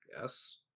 Yes